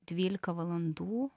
dvylika valandų